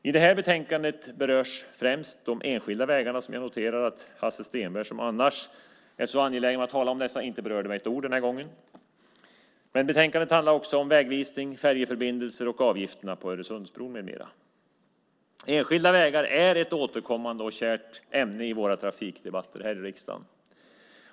I det här betänkandet berörs främst de enskilda vägarna - jag noterade att Hasse Stenberg, som annars är så angelägen om att tala om dessa, inte berörde dem med ett ord den här gången. Men betänkandet handlar också om vägvisning, färjeförbindelser och avgifterna på Öresundsbron med mera. Enskilda vägar är ett återkommande och kärt ämne i våra trafikdebatter här i riksdagen.